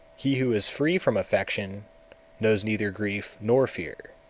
he who is free from affection knows neither grief nor fear.